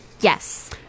Yes